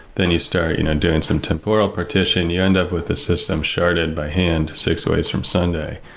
then you start you know doing some temporal partition. you end up with a system sharded by hand six ways from sunday.